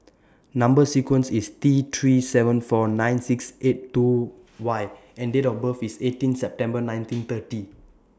Number sequence IS T three seven four nine six eight two Y and Date of birth IS eighteen September nineteen thirty